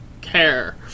care